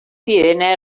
viene